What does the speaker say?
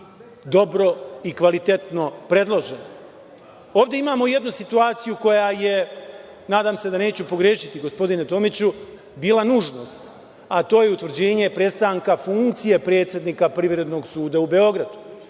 dobro i kvalitetno predloženo. Ovde imamo jednu situaciju, nadam se da neću pogrešiti, gospodine Tomiću, koja je bila nužnost, a to je utvrđivanje prestanka funkcije predsednika Privrednog suda u Beogradu.